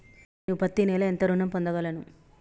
నేను పత్తి నెల ఎంత ఋణం పొందగలను?